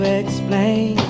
explain